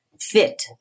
fit